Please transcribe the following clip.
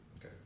Okay